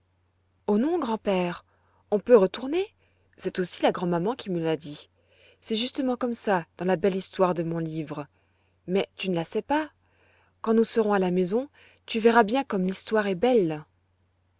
oh non grand-père on peut retourner c'est aussi la grand'maman qui me l'a dit c'est justement comme ça dans la belle histoire de mon livre mais tu ne la sais pas quand nous serons à la maison tu verras bien comme l'histoire est belle